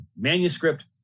manuscript